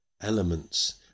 elements